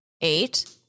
Eight